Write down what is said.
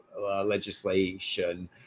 legislation